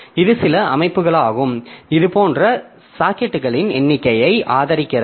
இது சில அமைப்புகளாகும் இது போன்ற சாக்கெட்டுகளின் எண்ணிக்கையை ஆதரிக்கிறது